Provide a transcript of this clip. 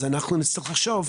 אז אנחנו נצטרך לחשוב,